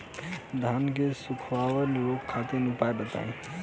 धान के सुखड़ा रोग खातिर उपाय बताई?